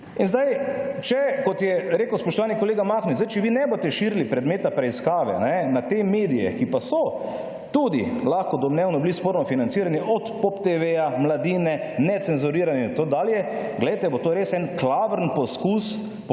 in zdaj, če, kot je rekel spoštovani kolega Mahnič, zdaj, če vi ne boste širili predmeta preiskave, na te medije, ki pa so tudi lahko domnevno bili sporno financirani, od Pop TV-ja, Mladine, Necenzurirano in tako dalje, glejte, bo to res en klavrn poskus